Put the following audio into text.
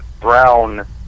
brown